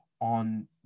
on